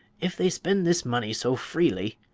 if they spend this money so freely,